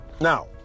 Now